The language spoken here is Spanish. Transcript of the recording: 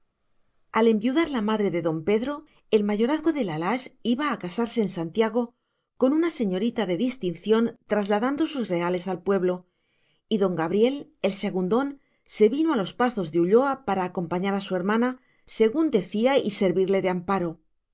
al enviudar la madre de don pedro el mayorazgo de la lage iba a casarse en santiago con una señorita de distinción trasladando sus reales al pueblo y don gabriel el segundón se vino a los pazos de ulloa para acompañar a su hermana según decía y servirle de amparo